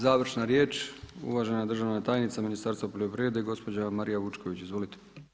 Završna riječ uvažena državna tajnica Ministarstva poljoprivrede gospođa Marija Vučković, izvolite.